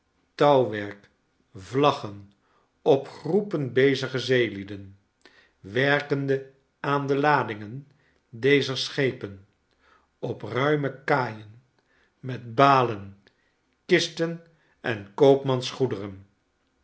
touwwerk vlaggen op groepen bezige zeelieden werkende aan de ladingen dezer schepen op ruime kaaien met balen kisten en